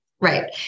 Right